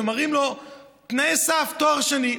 ומראים לו תנאי סף: תואר שני.